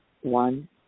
One